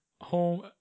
home